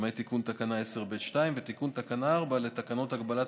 למעט תיקון תקנה 10(ב)(2) ותיקון תקנה 4 לתקנות הגבלת